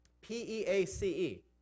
P-E-A-C-E